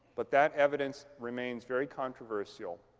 but that evidence remains very controversial.